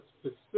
specific